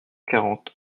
quarante